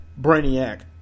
Brainiac